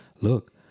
look